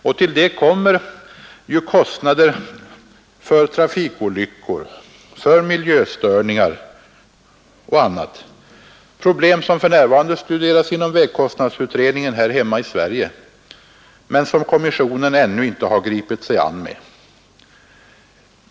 Därtill kommer ju kostnader för trafik olyckor, miljöstörningar m.m. — problem som för närvarande studeras inom vägkostnadsutredningen här hemma men som kommissionen ännu inte har gripit sig an med.